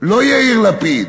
לא יאיר לפיד.